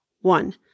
One